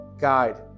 guide